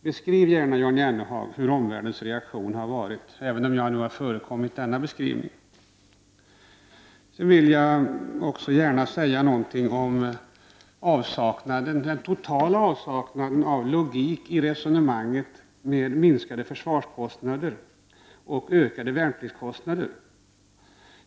Beskriv gärna, Jan Jennehag, hur omvärldens reaktion har varit, även om jag nu har föregripit det med min beskrivning. Jag vill gärna säga något om den totala avsaknaden av logik i resonemanget om minskade försvarskostnader och ökade värnpliktskostnader.